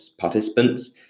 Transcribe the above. participants